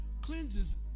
Cleanses